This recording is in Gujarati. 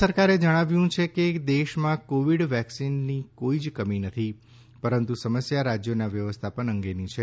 કેન્દ્ર સરકારે જણાવ્યું છે કે દેશમાં કોવિડ વેક્સીનની કોઈ જ કમી નથી પરંતુ સમસ્યા રાજ્યોના વ્યવસ્થાપન અંગેની છે